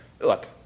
look